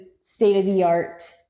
state-of-the-art